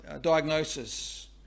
diagnosis